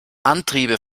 antriebe